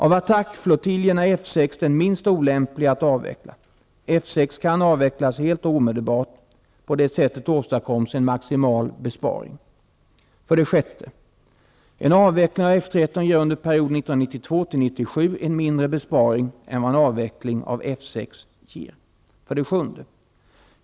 Av attackflottiljerna är F 6 den minst olämpliga att avveckla. F 6 kan avvecklas helt och omedelbart. På det sättet åstadkoms en maximal besparing. 1997 en mindre besparing än vad en avveckling av 7.